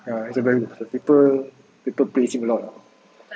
ya it's a very the people people praise him a lot lah